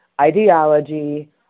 ideology